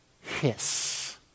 hiss